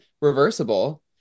reversible